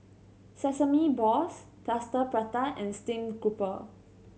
sesame balls Plaster Prata and stream grouper